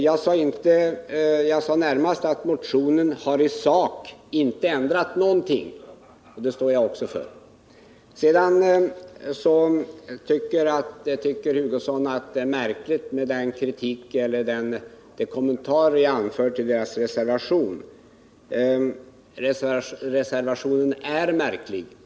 Jag sade närmast att motionen inte har ändrat någonting i sak. Det står jag också för. Sedan tycker herr Hugosson att den kritik är märklig som jag anfört mot socialdemokraternas reservation. Reservationen är märklig.